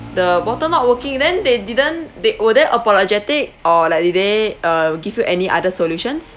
the bottom not working then they didn't they were they apologetic or like did day uh give you any other solutions